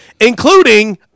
including